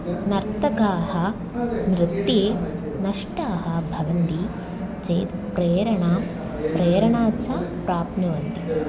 नर्तकाः नृत्ये नष्टाः भवन्ति चेत् प्रेरणां प्रेरणा च प्राप्नुवन्ति